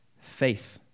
faith